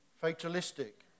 Fatalistic